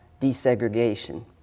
desegregation